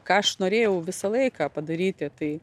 ką aš norėjau visą laiką padaryti tai